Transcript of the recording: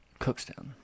Cookstown